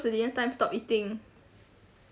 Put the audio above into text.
stop eating